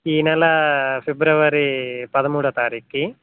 ఈ నెల ఫిబ్రవరి పదమూడవ తారీఖుకి